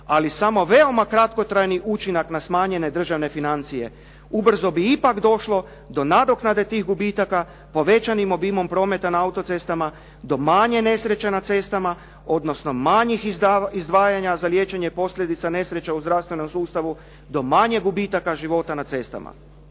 ali samo veoma kratkotrajni učinak na smanjenje državne financije. Ubrzo bi ipak došlo do nadoknade tih gubitaka povećanim obimom prometa na auto-cestama, do manje nesreća na cestama odnosno manjih izdvajanja za liječenje posljedica nesreće u zdravstvenom sustavu do manje gubitaka života na cestama.